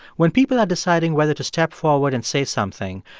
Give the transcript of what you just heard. when people are deciding whether to step forward and say something,